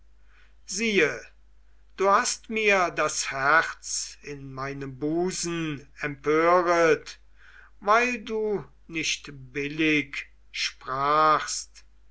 siehe du hast mir das herz in meinem busen empöret weil du nicht billig sprachst